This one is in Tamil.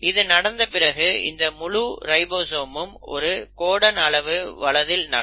இது நடந்த பிறகு இந்த முழு ரைபோசோமும் ஒரு கோடன் அளவு வலதில் நகரும்